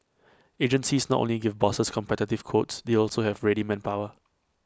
agencies not only give bosses competitive quotes they also have ready manpower